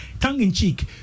tongue-in-cheek